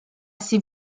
ses